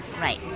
Right